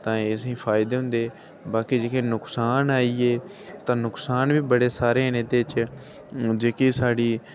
तां असें गी फायदे होंदे बाकी जेह्के नुक्सान आई गे नुस्कान बी बड़े सारे न ऐह्दे च जेह्की साढ़ी